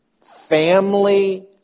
family